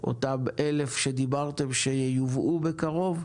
אותם 1,000 שדיברתם שייובאו בקרוב,